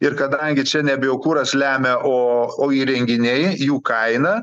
ir kadangi čia ne biokuras lemia o o įrenginiai jų kaina